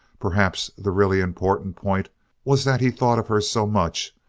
perhaps the really important point was that he thought of her so much,